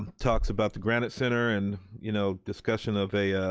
talks about the granite center and you know discussion of a